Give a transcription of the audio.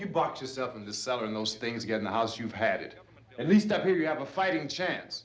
you box yourself in the seven those things get in the house you've had it at least up here you have a fighting chance